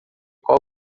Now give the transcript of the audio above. qual